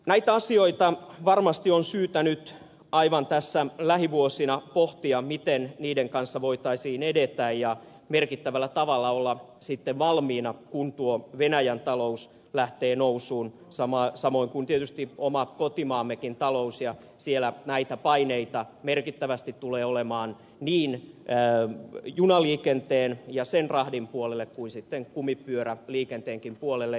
näitä asioita varmasti on syytä nyt aivan tässä lähivuosina pohtia miten niiden kanssa voitaisiin edetä ja merkittävällä tavalla olla sitten valmiina kun tuo venäjän talous lähtee nousuun samoin kuin tietysti kotimaammekin talous ja siellä näitä paineita merkittävästi tulee olemaan niin junaliikenteen ja rahdin puolelle kuin sitten kumipyöräliikenteenkin puolelle